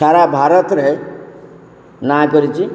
ସାରା ଭାରତରେ ନାଁ କରିଛି